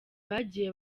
bagiye